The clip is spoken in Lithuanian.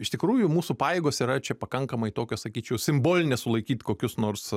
iš tikrųjų mūsų pajėgos yra čia pakankamai tokios sakyčiau simbolinės sulaikyt kokius nors